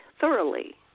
thoroughly